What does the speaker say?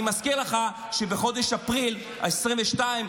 אני מזכיר לך שבחודש אפריל 2022,